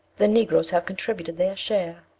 the negroes have contributed their share.